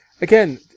again